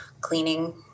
cleaning